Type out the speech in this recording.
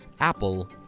Apple